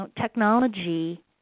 technology